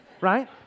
Right